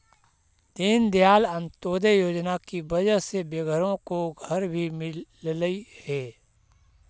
दीनदयाल अंत्योदय योजना की वजह से बेघरों को घर भी मिललई हे